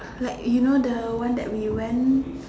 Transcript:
like you know the one that we went